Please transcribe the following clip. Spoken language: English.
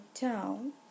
down